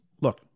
Look